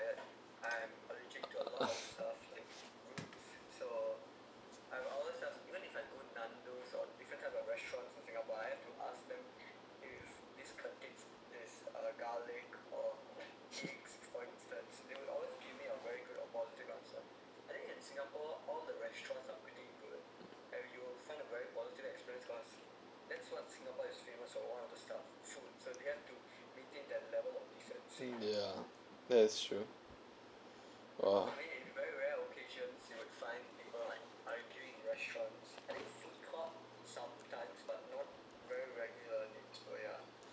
ya that is true !wah!